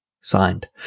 signed